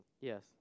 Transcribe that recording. Yes